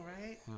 right